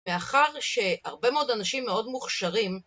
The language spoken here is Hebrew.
מאחר שהרבה מאוד אנשים מאוד מוכשרים